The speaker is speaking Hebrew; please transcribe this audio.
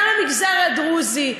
גם למגזר הדרוזי,